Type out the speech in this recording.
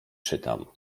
czytam